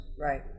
right